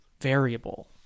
variable